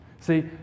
See